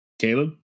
Caleb